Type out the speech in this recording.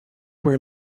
were